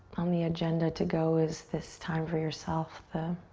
on the agenda to go is this time for yourself. the